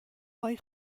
وای